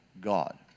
God